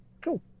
Cool